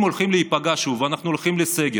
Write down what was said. אם הולכים להיפגע שוב ואנחנו הולכים לסגר,